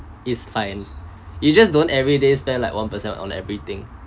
it's fine you just don't every days spend like one percent on everything